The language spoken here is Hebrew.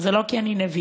זה לא כי אני נביאה,